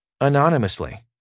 anonymously